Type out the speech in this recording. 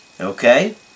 Okay